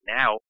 now